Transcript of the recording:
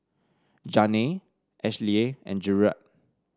Janay Ashlea and Jerrad